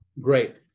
Great